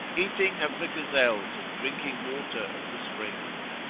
eating of the gazelles and drinking water of the springs.